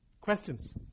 Questions